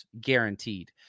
guaranteed